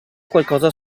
qualcosa